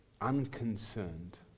Unconcerned